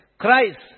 Christ